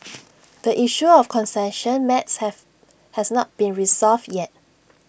the issue of concession maps have has not been resolved yet